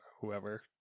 whoever